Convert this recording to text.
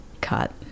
cut